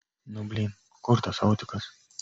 nu blyn kur tas autikas